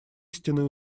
истинные